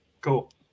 Cool